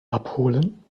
abholen